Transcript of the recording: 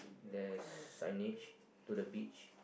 there's signage to the beach